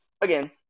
again